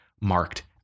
marked